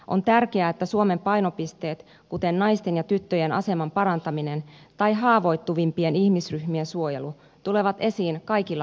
on tärkeää että suomen painopisteet kuten naisten ja tyttöjen aseman parantaminen tai haavoittuvimpien ihmisryhmien suojelu tulevat esiin kaikilla areenoilla